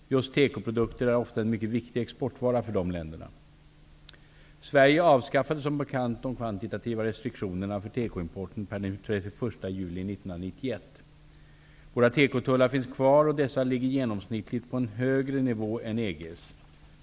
Just tekoprodukter är ofta en mycket viktig exportvara för dessa länder. Sverige avskaffade som bekant de kvantitativa restriktionerna för tekoimporten per den 31 juli 1991. Våra tekotullar finns kvar, och dessa ligger genomsnittligt på en högre nivå än EG:s.